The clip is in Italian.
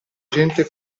gente